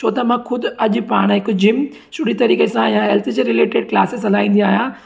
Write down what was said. छो त मां ख़ुदि अॼु पाण हिकु जिम सुठी तरीक़े सां या हेल्थ से रेलेटिड क्लासिस हलाईंदी आहियां